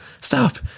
stop